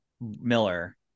Miller